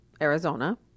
Arizona